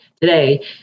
Today